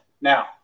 Now